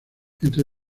entre